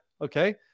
okay